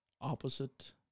opposite